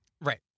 Right